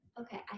Okay